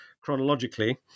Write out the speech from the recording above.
chronologically